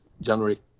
January